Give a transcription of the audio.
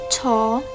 tall